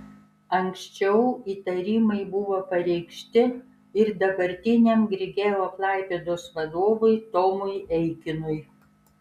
anksčiau įtarimai buvo pareikšti ir dabartiniam grigeo klaipėdos vadovui tomui eikinui